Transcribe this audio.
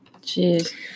Jeez